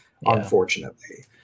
unfortunately